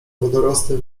wodorosty